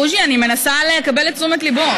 בוז'י, אני מנסה לקבל את תשומת ליבו,